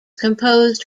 composed